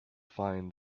find